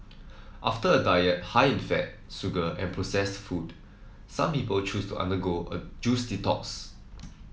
after a diet high in fat sugar and processed food some people choose to undergo a juice detox